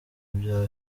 bya